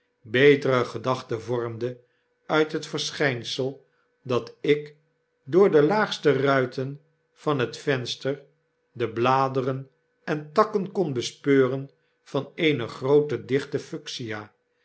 betere gedachten vormde uit het verschynsel dat ik door de laagste ruiten van het venster de bladeren en takken kon bespeuren van eene groote dichte